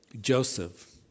Joseph